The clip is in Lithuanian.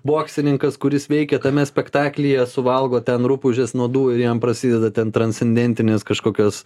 boksininkas kuris veikė tame spektaklyje suvalgo ten rupūžės nuodų ir jam prasideda ten transcendentinės kažkokios